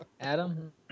adam